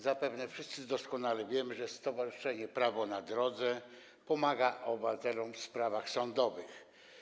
Zapewne wszyscy doskonale wiemy, że Stowarzyszenie Prawo na Drodze pomaga obywatelom w sprawach sądowych.